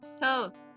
Toast